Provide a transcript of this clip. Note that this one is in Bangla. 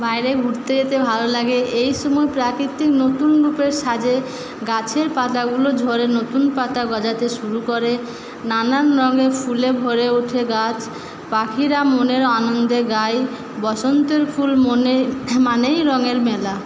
বাইরে ঘুরতে যেতে ভালো লাগে এই সময় প্রাকৃতি নতুন রূপে সাজে গাছের পাতা গুলো ঝরে নতুন পাতা গজাতে শুরু করে নানান রঙের ফুলে ভরে ওঠে গাছ পাখিরা মনের আনন্দে গায় বসন্তের ফুল মনের মানেই রঙের মেলা